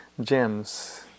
gems